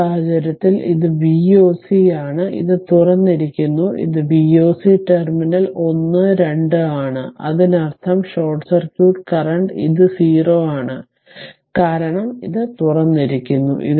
ഈ സാഹചര്യത്തിൽ ഇത് V oc ആണ് ഇത് തുറന്നിരിക്കുന്നു ഇത് V oc ടെർമിനൽ 1 2 ആണ് അതിനർത്ഥം ഷോർട്ട് സർക്യൂട്ട് കറന്റ് ഇത് 0 ആണ് കാരണം അത് തുറന്നിരിക്കുന്നു